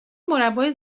مربای